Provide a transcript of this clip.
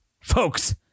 Folks